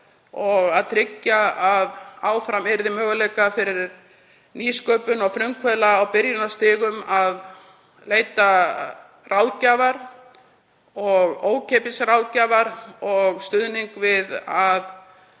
að tryggja að áfram yrðu möguleikar fyrir nýsköpun og frumkvöðla á byrjunarstigum til að leita ráðgjafar, ókeypis ráðgjafar og stuðnings, við að